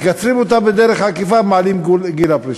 מקצרים אותה בדרך עקיפה, מעלים את גיל הפרישה.